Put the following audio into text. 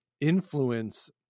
influence